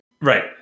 Right